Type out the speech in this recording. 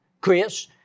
Chris